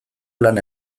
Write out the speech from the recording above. lan